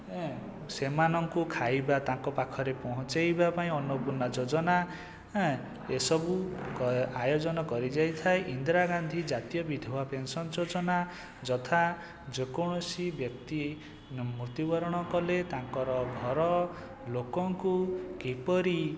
ଏଁ ସେମାନଙ୍କୁ ଖାଇବା ତାଙ୍କ ପାଖରେ ପହଞ୍ଚାଇବା ପାଇଁ ଅନ୍ନପୂର୍ଣା ଯୋଜନା ଏଁ ଏସବୁ ଆୟୋଜନ କରି ଯାଇଥାଏ ଇନ୍ଦିରାଗାନ୍ଧୀ ଜାତୀୟ ବିଧବା ପେନସନ ଯୋଜନା ଯଥା ଯେକୌଣସି ବ୍ୟକ୍ତି ମୃତ୍ୟୁବରଣ କଲେ ତାଙ୍କର ଘର ଲୋକଙ୍କୁ କିପରି